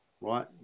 right